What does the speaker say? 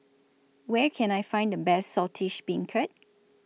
Where Can I Find The Best Saltish Beancurd